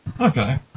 Okay